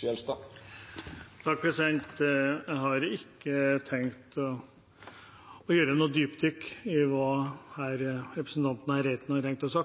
Jeg har ikke tenkt å gjøre noe dypdykk i det representanten Reiten har tenkt å si,